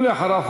ואחריו,